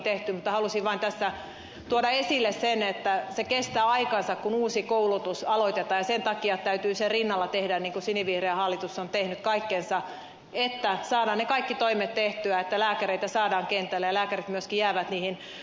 mutta halusin vain tässä tuoda esille sen että se kestää aikansa kun uusi koulutus aloitetaan ja sen takia täytyy sen rinnalla tehdä niin kuin sinivihreä hallitus on tehnyt kaikkensa että saadaan ne kaikki toimet tehtyä että lääkäreitä saadaan kentälle ja lääkärit myöskin jäävät niihin toimiin